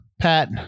Pat